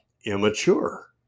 immature